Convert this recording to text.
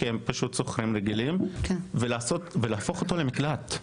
שהם שוכרים רגילים ולהפוך אותו למקלט,